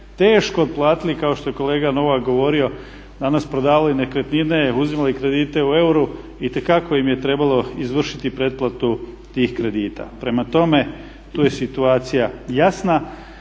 teško otplatili kao što je kolega Novak govorio danas prodavali nekretnine, uzimali kredite u euru itekako im je trebalo izvršiti pretplatu tih kredita. Prema tome, tu je situacija jasna,